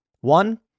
One